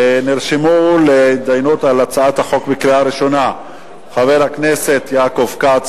נרשמו להתדיינות על הצעת החוק בקריאה ראשונה: חבר הכנסת יעקב כץ,